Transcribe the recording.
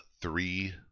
three